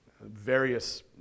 various